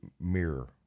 mirror